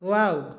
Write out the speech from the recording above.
wow